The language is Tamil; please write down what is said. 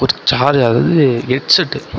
ஒரு சார்ஜ்ர் அதாவது ஹெட்செட்டு